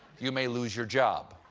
you may lose your job.